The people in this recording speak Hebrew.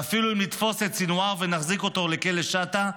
ואפילו אם נתפוס את סנוואר ונחזיר אותו לכלא שטה,